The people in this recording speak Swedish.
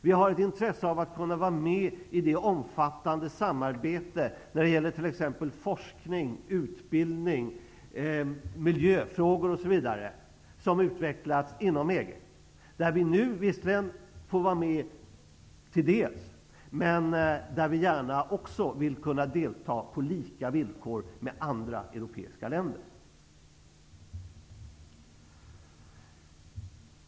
Vi har intresse av att vara med i det omfattande samarbete, när det gäller t.ex. forskning, utbildning och miljöfrågor, som utvecklats inom EG. Vi får visserligen vara med till en del, men vi vill gärna kunna delta på samma villkor som andra europeiska länder.